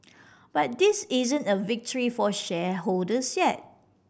but this isn't a victory for shareholders yet